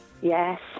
Yes